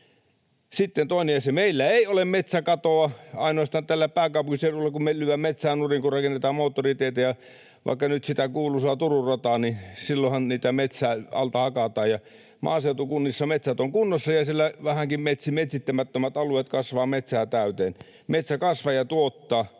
Sitten toinen asia. Meillä ei ole metsäkatoa. On ainoastaan täällä pääkaupunkiseudulla, kun lyödään metsää nurin, kun rakennetaan moottoriteitä ja vaikka nyt sitä kuuluisaa Turun rataa, silloinhan niiden alta metsää hakataan. Maaseutukunnissa metsät ovat kunnossa, ja siellä vähänkin metsittämättömät alueet kasvavat metsää täyteen. Metsä kasvaa ja tuottaa.